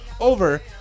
Over